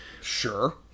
Sure